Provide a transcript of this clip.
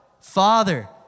Father